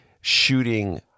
shooting